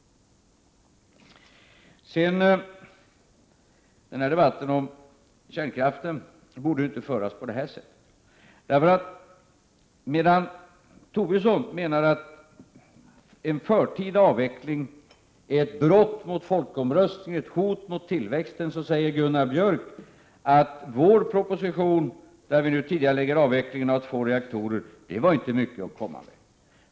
Den här debatten om kärnkraften borde inte föras på det här sättet. Medan Tobisson menar att en förtida avveckling är ett brott mot folkomröstningen och ett hot mot tillväxten, säger Gunnar Björk att vår proposition, där vi tidigarelägger avvecklingen av två reaktorer, inte var mycket att komma med.